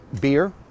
beer